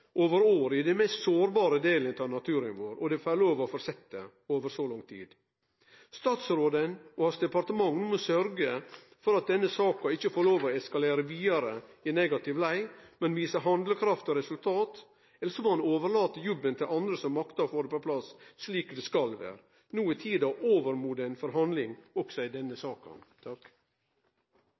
over år i den mest sårbare delen av naturen vår – og det får lov til å fortsetje over så lang tid. Statsråden og departementet hans må sørge for at denne saka ikkje får lov å eskalere vidare i negativ lei, men vise handlekraft og resultat, elles må han overlate jobben til andre som maktar å få det på plass slik det skal vere. No er tida overmoden for handling også i denne saka.